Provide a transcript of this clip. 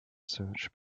search